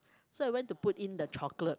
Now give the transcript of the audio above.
so I went to put in the chocolate